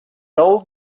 old